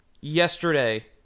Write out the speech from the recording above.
Yesterday